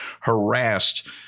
harassed